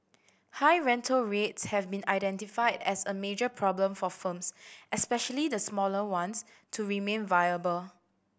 high rental rates have been identified as a major problem for firms especially the smaller ones to remain viable